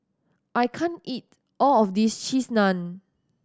I can't eat all of this Cheese Naan